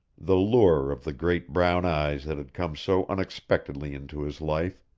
the lure of the great brown eyes that had come so unexpectedly into his life.